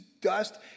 dust